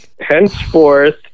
Henceforth